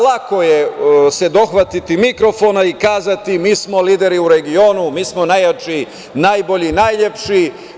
Lako je dohvatiti se mikrofona i kazati mi smo lideri u regionu, mi smo najjači, najbolji, najlepši.